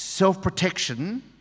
self-protection